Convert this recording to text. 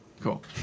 Cool